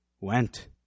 went